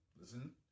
listen